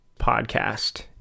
podcast